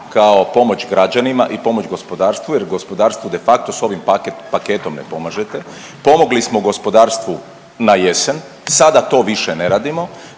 kao pomoć građanima i pomoć gospodarstvu jer gospodarstvu de facto s ovim paketom ne pomažete. Pomogli smo gospodarstvu na jesen, sada to više ne radimo,